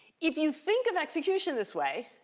if you think of execution this way,